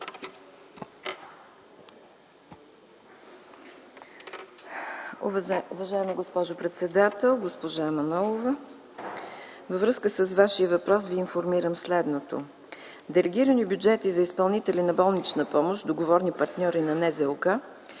Уважаема госпожо председател! Госпожа Манолова, във връзка с Вашия въпрос Ви информирам следното. Делегирани бюджети за изпълнители на болнична помощ, договорни партньори на НЗОК